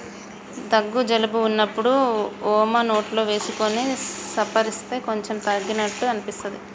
దగ్గు జలుబు వున్నప్పుడు వోమ నోట్లో వేసుకొని సప్పరిస్తే కొంచెం తగ్గినట్టు అనిపిస్తది